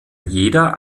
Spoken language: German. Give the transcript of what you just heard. jeder